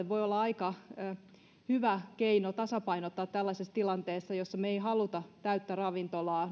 voi olla ravintoloitsijalle aika hyvä keino tasapainottaa omaa liiketoimintaa tällaisessa tilanteessa jossa me emme halua täyttä ravintolaa